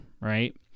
right